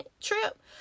trip